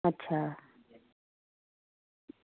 अच्छा